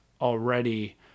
already